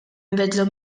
nbiddlu